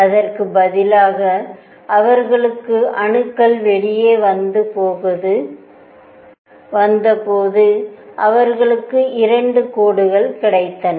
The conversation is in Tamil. அதற்கு பதிலாக அவர்களுக்கு அணுக்கள் வெளியே வந்தபோது அவர்களுக்கு 2 கோடுகள் கிடைத்தன